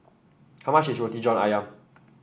how much is Roti John ayam